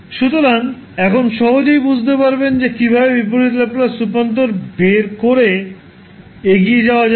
সুতরাং এখন সহজেই বুঝতে পারবেন যে কীভাবে বিপরীত ল্যাপ্লাস রূপান্তর বের করে এগিয়ে যাওয়া যাবে